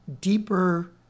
deeper